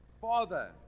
Father